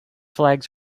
flags